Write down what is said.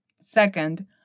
Second